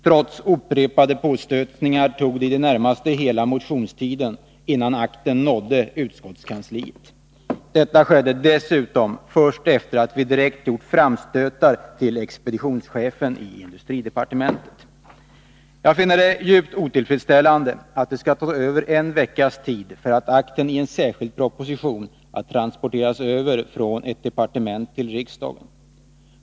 Trots upprepade påstötningar tog det i det närmaste hela motionstiden innan akten nådde utskottskansliet. Detta skedde dessutom först efter det att vi gjort framstötar direkt till expeditionschefen i industridepartementet. Jag finner det djupt otillfredsställande att det skall ta över en veckas tid att transportera över en akt som gäller en särskild proposition från industridepartementet till riksdagen.